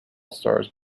stars